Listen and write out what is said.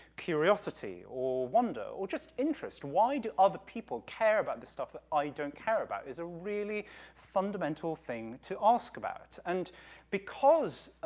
curiosity or wonder or just interest. why do other people care about the stuff that i don't care about about is a really fundamental thing to ask about, and because,